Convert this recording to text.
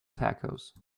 tacos